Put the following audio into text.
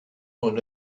son